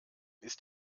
ist